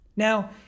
Now